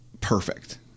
perfect